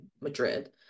Madrid